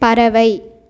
பறவை